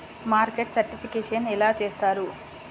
Market certification ఎలా చేస్తారు?